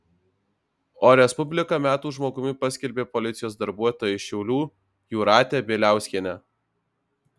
o respublika metų žmogumi paskelbė policijos darbuotoją iš šiaulių jūratę bieliauskienę